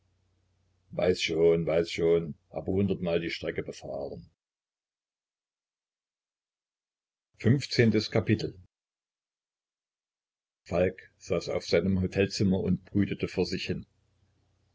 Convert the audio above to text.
weiß schon weiß schon habe hundert mal die strecke befahren xv falk saß auf seinem hotelzimmer und brütete vor sich hin